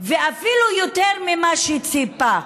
ואפילו יותר ממה שציפה.